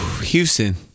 Houston